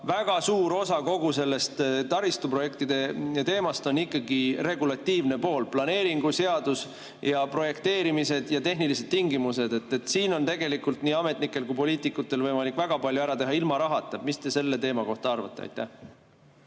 väga suur osa kogu sellest taristuprojektide teemast on ikkagi regulatiivne pool, planeerimisseadus, projekteerimised ja tehnilised tingimused. Siin on nii ametnikel kui ka poliitikutel võimalik väga palju ära teha ka ilma rahata. Mis te selle teema kohta arvate? Aitäh!